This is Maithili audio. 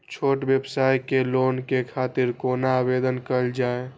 छोट व्यवसाय के लोन के खातिर कोना आवेदन कायल जाय?